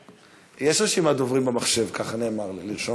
יש רשימת דוברים במחשב, כך נאמר לי.